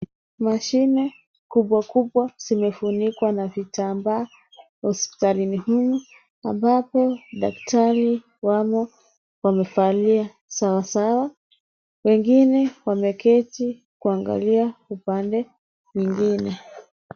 Mashine kubwa kubwa zimefunikwa na vitambaa hospitalini humu ambapo daktari wamo wamevalia sare zao. Wengine wameketi kuangalia upande mwingine.